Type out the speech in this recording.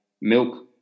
milk